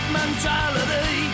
mentality